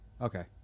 Okay